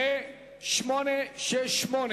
פ/868,